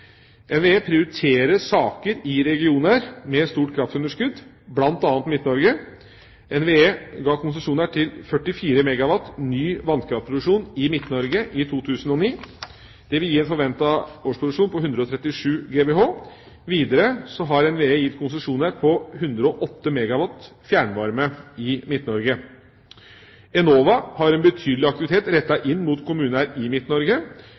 NVE prioriterer saker i regioner med stort kraftunderskudd, bl.a. Midt-Norge. NVE ga konsesjoner til 44 MW ny vannkraftproduksjon i Midt-Norge i 2009. Det vil gi en forventet årsproduksjon på 137 GWh. Videre har NVE gitt konsesjoner på 108 MW fjernvarme i Midt-Norge. Enova har betydelig aktivitet rettet mot kommuner i